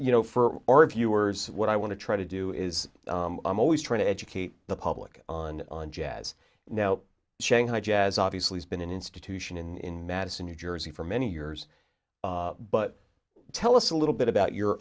you know for our viewers what i want to try to do is i'm always trying to educate the public on on jazz now shanghai jazz obviously has been an institution in madison new jersey for many years but tell us a little bit about your